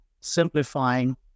simplifying